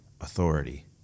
authority